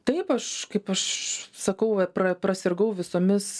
taip aš kaip aš sakau va pra prasirgau visomis